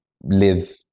live